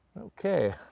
Okay